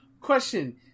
Question